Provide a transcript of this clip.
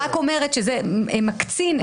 אני רק אומרת שזה מקצין את הדרקוניות.